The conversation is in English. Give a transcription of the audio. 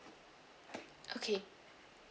okay